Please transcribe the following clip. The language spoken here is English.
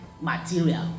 material